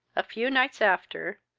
a few nights after,